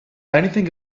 anything